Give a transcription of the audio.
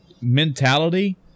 mentality